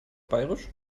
bairisch